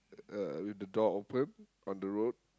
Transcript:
uh with the door open on the road